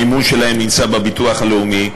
המימון שלהן נמצא בביטוח הלאומי.